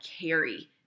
carry